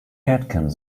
atkins